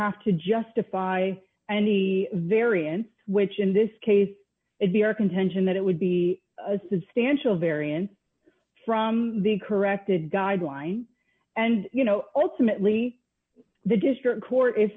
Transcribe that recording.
have to justify any variance which in this case it be our contention that it would be a substantial variance from the corrected guideline and you know ultimately the district court if